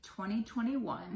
2021